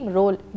role